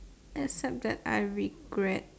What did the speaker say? except that I regret